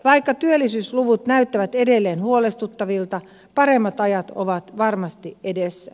vaikka työllisyysluvut näyttävät edelleen huolestuttavilta paremmat ajat ovat varmasti edessä